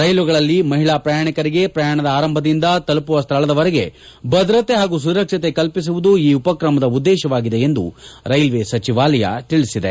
ರೈಲುಗಳಲ್ಲಿ ಮಹಿಳಾ ಪ್ರಯಾಣಿಕರಿಗೆ ಪ್ರಯಾಣದ ಆರಂಭದಿಂದ ತಲುಪುವ ಸ್ಥಳದವರೆಗೆ ಭದ್ರತೆ ಹಾಗೂ ಸುರಕ್ಷತೆ ಕಲ್ಪಿಸುವುದು ಈ ಉಪಕ್ರಮದ ಉದ್ದೇಶವಾಗಿದೆ ಎಂದು ರೈಲ್ವೆ ಸಚಿವಾಲಯ ತಿಳಿಸಿದೆ